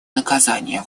наказания